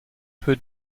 peu